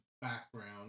background